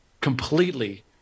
completely